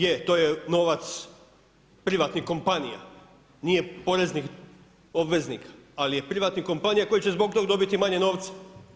Je, to je novac privatnih kompanija, nije poreznih obveznika, ali je privatnih kompanija koje će zbog toga dobiti manje novca.